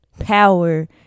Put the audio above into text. power